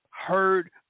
heard